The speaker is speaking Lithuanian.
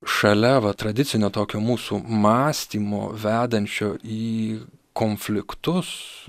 šalia va tradicinio tokio mūsų mąstymo vedančio į konfliktus